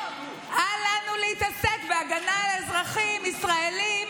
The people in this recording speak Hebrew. אל לנו להתעסק בהגנה על אזרחים ישראלים